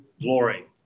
glory